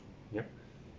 yup